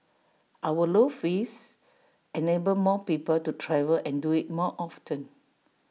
our low fares enable more people to travel and do IT more often